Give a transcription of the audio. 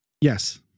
Yes